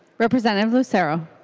representative lucero